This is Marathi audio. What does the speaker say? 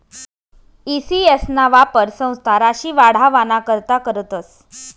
ई सी.एस ना वापर संस्था राशी वाढावाना करता करतस